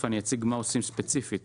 תכף אני אציג מה עושים ספציפית.